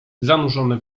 zanurzone